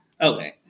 Okay